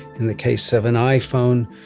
in the case of an iphone,